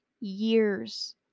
years